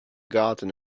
garden